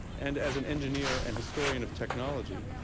and as an engineer and historian of technology,